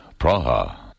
Praha